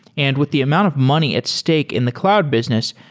and with the amount of money at stake in the cloud business,